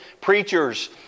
preachers